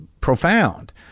profound